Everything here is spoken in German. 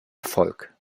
erfolg